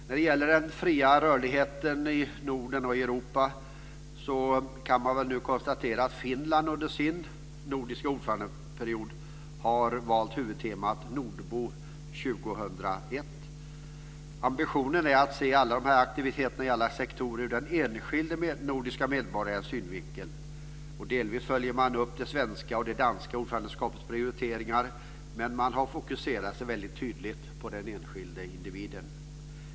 När det gäller den fria rörligheten i Norden och Europa kan man konstatera att Finland under sin nordiska ordförandeperiod har valt huvudtemat Nordbo 2001. Ambitionen är att se alla de här aktiviteterna på alla sektorer ur den enskilde nordiska medborgarens synvinkel. Delvis följer man upp det svenska och det danska ordförandeskapets prioriteringar, men har fokuserat väldigt tydligt den enskilde individen.